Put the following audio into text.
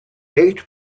eight